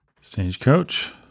Stagecoach